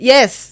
Yes